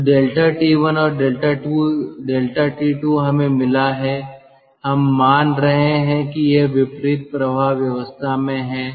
तो ∆T1 और ∆T2 हमें मिला है हम मान रहे हैं कि यह विपरीत प्रवाह व्यवस्था में है